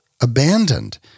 abandoned